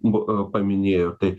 buvo paminėjo tai